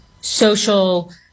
social